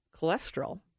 cholesterol